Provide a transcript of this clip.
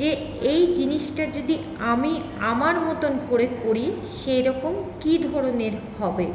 যে এই জিনিসটা যদি আমি আমার মতন করে করি সেরকম কি ধরনের হবে